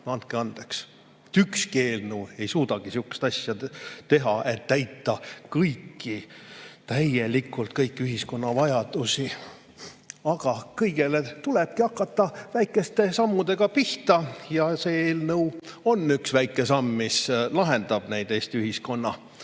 andke andeks, ükski eelnõu ei suudagi sihukest asja teha, et täita täielikult kõiki ühiskonna vajadusi. Aga kõigega tulebki hakata väikeste sammudega pihta ja see eelnõu on üks väike samm, mis lahendaks neid Eesti ühiskonna